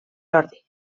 jordi